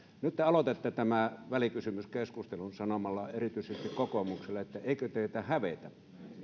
nyt te aloitatte tämän välikysymyskeskustelun sanomalla erityisesti kokoomukselle että eikö teitä hävetä